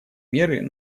меры